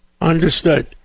Understood